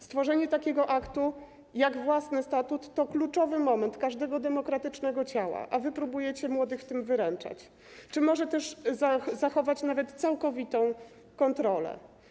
Stworzenie takiego aktu jak własny statut to kluczowy moment każdego demokratycznego ciała, a wy próbujecie młodych w tym wyręczać czy może też zachować nawet całkowitą kontrolę.